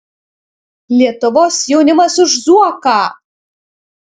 lietuvos jaunimas už zuoką